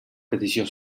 petició